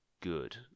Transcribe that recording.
good